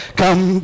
come